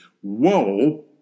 Whoa